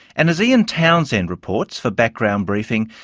and, as ian townsend reports for background briefing,